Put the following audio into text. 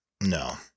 No